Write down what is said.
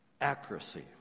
accuracy